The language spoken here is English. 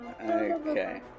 okay